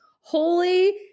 holy